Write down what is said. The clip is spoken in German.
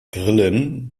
grillen